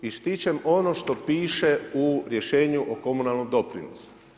Ističem ono što piše u rješenju o komunalnom doprinosu.